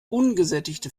ungesättigte